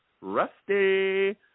rusty